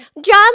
John